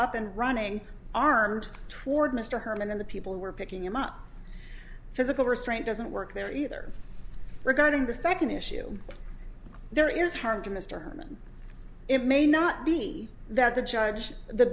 up and running armed true mr herman and the people who were picking him up physical restraint doesn't work there either regarding the second issue there is harm to mr herman it may not be that the charge the